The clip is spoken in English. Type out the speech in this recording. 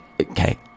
Okay